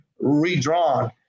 redrawn